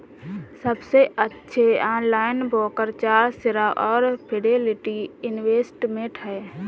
सबसे अच्छे online broker Charles Schwab और फिडेलिटी इन्वेस्टमेंट हैं